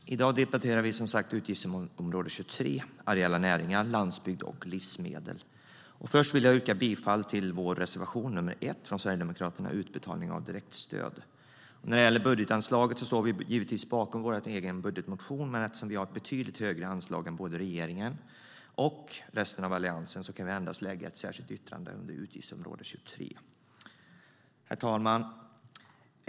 Herr talman! I dag debatterar vi som sagt utgiftsområde 23 om areella näringar, landsbygd och livsmedel. Först vill jag yrka bifall till Sverigedemokraternas reservation nr 1, Utbetalning av direktstöd. När det gäller budgetanslaget står vi givetvis bakom vår egen budgetmotion, men eftersom vi har ett betydligt högre anslag än både regeringen och resten av Alliansen kan vi endast lägga fram ett särskilt yttrande under utgiftsområde 23. Herr talman!